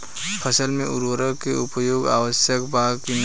फसल में उर्वरक के उपयोग आवश्यक बा कि न?